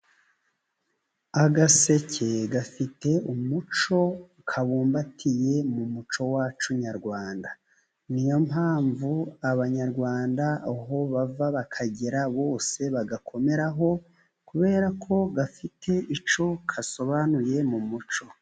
Agaseke gafite umuco kabumbatiye mu muco wacu nyarwanda, ni yo mpamvu abanyarwanda aho bava bakagera bose bagakomeraho, kubera ko gafite icyo gasobanuye mu muco.